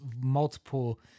multiple